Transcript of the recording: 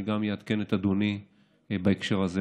אני גם אעדכן את אדוני בהקשר הזה.